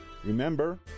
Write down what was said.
Remember